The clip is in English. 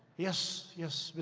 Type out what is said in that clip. yes, yes,